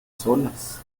solas